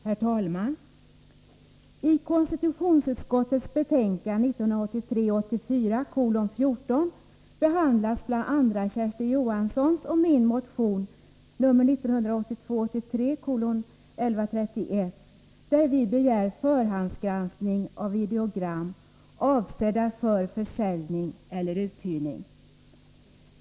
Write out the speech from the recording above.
Herr talman! I konstitutionsutskottets betänkande 14 behandlas bl.a. Kersti Johanssons och min motion 1982/83:1131, där vi begär förhandsgranskning av videogram, avsedda för försäljning eller uthyrning.